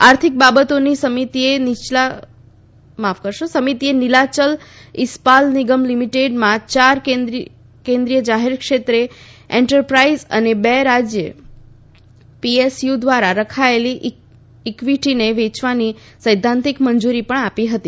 આર્થિક બાબતોની સમિતિએ નીલાચલ ઇસ્પાલ નિગમ લિમિટેડમાં ચાર કેન્દ્રીય જાહેર ક્ષેત્ર એન્ટરપ્રાઇઝ અને બે રાજ્ય પીએસયુ દ્વારા રખાયેલી ઇક્વિટીને વેચવાની સૈધ્ધાંતિક મંજરી પણ આપી હતી